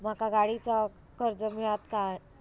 माका गाडीचा कर्ज मिळात काय?